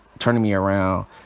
turning me around,